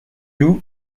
loue